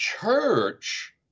church